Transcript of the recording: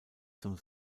zum